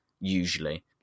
usually